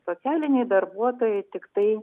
socialiniai darbuotojai tiktai